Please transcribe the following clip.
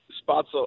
Spot's